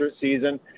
season